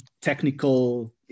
technical